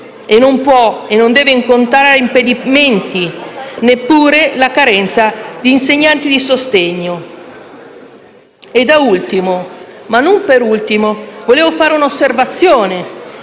e non può, né deve incontrare impedimenti, neppure la carenza di insegnanti di sostegno. Da ultimo, ma non per ultimo, vorrei fare un'osservazione.